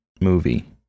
movie